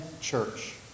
church